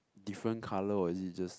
different colour or is it just